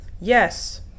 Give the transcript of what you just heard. Yes